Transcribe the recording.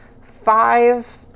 five